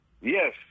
Yes